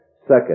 Second